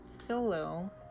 solo